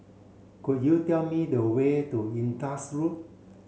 could you tell me the way to Indus Road